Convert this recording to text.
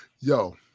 Yo